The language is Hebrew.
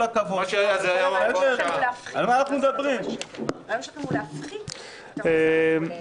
הרעיון הוא להפחית את ההוצאה הכוללת.